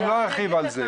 אני לא ארחיב על זה.